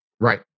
Right